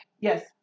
Yes